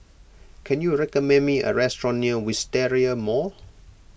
can you recommend me a restaurant near Wisteria Mall